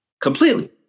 completely